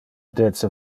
dece